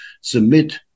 submit